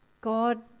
God